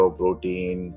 protein